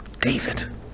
David